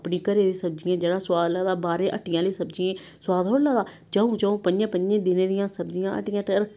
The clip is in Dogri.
अपनी घरै दी सब्जियें दा जेह्ड़ा सुआद लगदा बाहरै दी हट्टियै आह्ली सब्जी सुआद थोह्ड़ा लगदा चं'ऊ चं'ऊ पंजे पंजे दिनें दियां सब्जियां हट्टियै'र